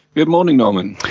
good morning norman.